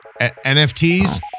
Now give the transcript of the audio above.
NFTs